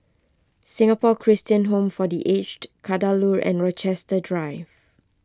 Singapore Christian Home for the Aged Kadaloor and Rochester Drive